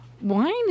wine